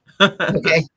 Okay